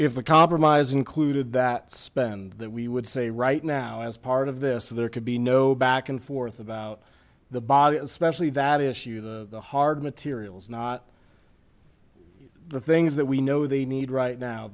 the compromise included that spend that we would say right now as part of this there could be no back and forth about the body especially that is the hard materials not the things that we know they need right now